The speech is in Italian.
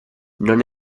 non